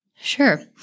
Sure